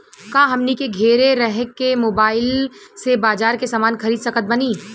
का हमनी के घेरे रह के मोब्बाइल से बाजार के समान खरीद सकत बनी?